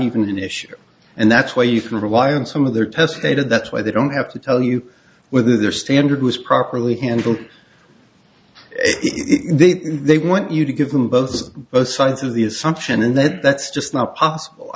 even an issue and that's why you can rely on some of their test data that's why they don't have to tell you whether their standard was properly handled they want you to give them both both sides of the assumption and that's just not